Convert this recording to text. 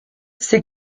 ces